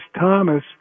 Thomas